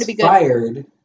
fired